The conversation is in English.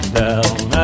down